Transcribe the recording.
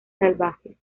salvajes